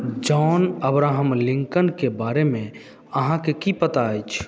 John Abraham लिंकनके बारेमे अहाँके की पता अछि